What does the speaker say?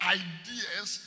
ideas